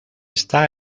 está